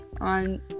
on